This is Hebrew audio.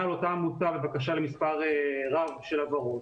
לאותה עמותה בבקשה למספר רב של הבהרות.